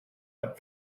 but